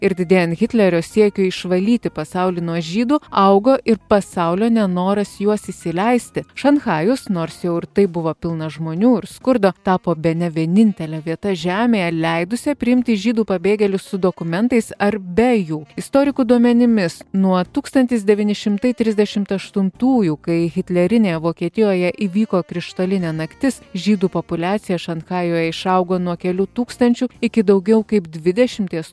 ir didėjant hitlerio siekiui išvalyti pasaulį nuo žydų augo ir pasaulio nenoras juos įsileisti šanchajus nors jau ir taip buvo pilnas žmonių ir skurdo tapo bene vienintelė vieta žemėje leidusia priimti žydų pabėgėlius su dokumentais ar be jų istorikų duomenimis nuo tūkstantis devyni šimtai trisdešimt aštuntųjų kai hitlerinėje vokietijoje įvyko krištolinė naktis žydų populiacija šanchajuje išaugo nuo kelių tūkstančių iki daugiau kaip dvidešimties